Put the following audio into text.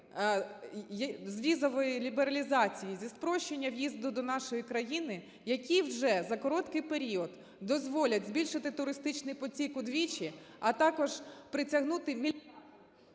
з візової лібералізації, зі спрощення в'їзду до нашої країни, які вже за короткий період дозволять збільшити туристичний потік удвічі, а також притягнути… ГОЛОВУЮЧИЙ.